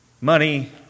money